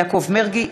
יעקב מרגי,